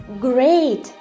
great